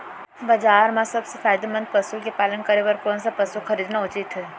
बजार म सबसे फायदामंद पसु के पालन करे बर कोन स पसु खरीदना उचित हे?